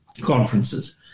conferences